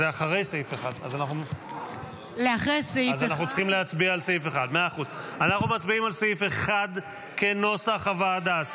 זה אחרי סעיף 1. אנחנו מצביעים על סעיף 1 כנוסח הוועדה.